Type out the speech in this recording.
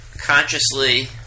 consciously